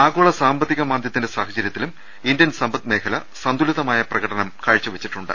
ആഗോള സാമ്പത്തിക മാന്ദ്യത്തിന്റെ സാഹചര്യത്തിലും ഇന്ത്യൻ സമ്പദ്രംഗം സന്തുലിതമായ പ്രകടനം കാഴ്ചവെച്ചിട്ടുണ്ട്